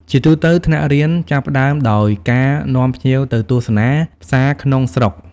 ជាទូទៅ ថ្នាក់រៀនចាប់ផ្តើមដោយការនាំភ្ញៀវទៅទស្សនា ផ្សារក្នុងស្រុក ។